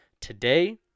today